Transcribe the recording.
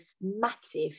massive